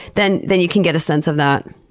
then then you can get a sense of that.